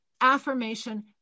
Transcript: affirmation